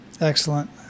Excellent